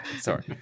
Sorry